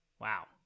Wow